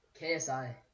KSI